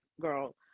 girl